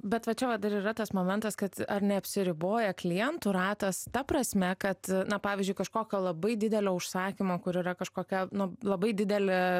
bet va čia dar yra tas momentas kad ar neapsiriboja klientų ratas ta prasme kad na pavyzdžiui kažkokio labai didelio užsakymo kur yra kažkokia nu labai didelė